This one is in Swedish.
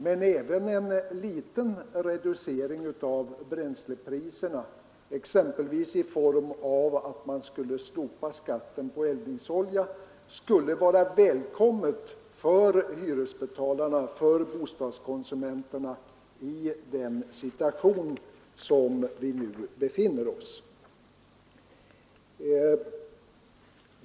Men även en liten reducering av bränslepriserna, exempelvis i form av att man slopade skatten på eldningsolja, skulle vara välkommen för bostadskonsumenterna-hyresbetalarna i den situation som vi nu befinner oss i.